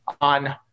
on